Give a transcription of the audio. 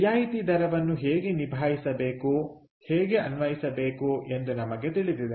ರಿಯಾಯಿತಿ ದರವನ್ನು ಹೇಗೆ ನಿಭಾಯಿಸಬೇಕುಹೇಗೆ ಅನ್ವಯಿಸಬೇಕು ಎಂದು ನಮಗೆ ತಿಳಿದಿದೆ